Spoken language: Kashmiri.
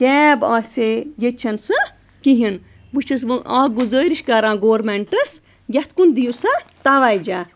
کیب آسہِ ہے ییٚتہِ چھَنہٕ سۄ کِہیٖنۍ بہٕ چھَس وۄنۍ اَکھ گُزٲرِش کَران گورمٮ۪نٛٹَس یَتھ کُن دِیِو سا تَوَجہ